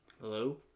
Hello